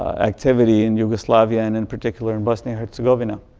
activity in yugoslavia and in particular in bosnia-herzegovina.